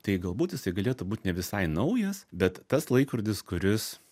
tai galbūt jisai galėtų būt ne visai naujas bet tas laikrodis kuris